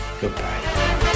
goodbye